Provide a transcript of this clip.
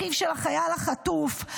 אחיו של החייל החטוף,